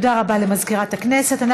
תודה רבה למזכירת הכנסת.